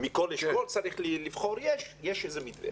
יש איזה מתווה.